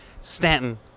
Stanton